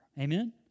Amen